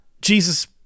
jesus